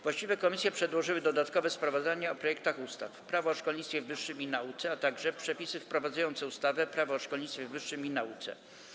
Właściwe komisje przedłożyły dodatkowe sprawozdania o projektach ustaw: - Prawo o szkolnictwie wyższym i nauce, - Przepisy wprowadzające ustawę Prawo o szkolnictwie wyższym i nauce.